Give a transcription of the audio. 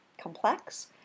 complex